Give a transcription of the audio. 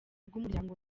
bw’umuryango